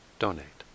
donate